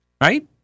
right